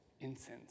incense